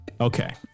Okay